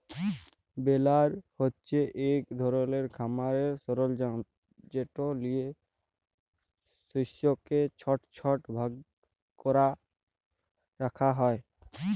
বেলার হছে ইক ধরলের খামারের সরলজাম যেট লিঁয়ে শস্যকে ছট ছট ভাগ ক্যরে রাখা হ্যয়